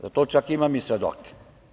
Za to čak imam i svedoke.